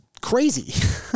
crazy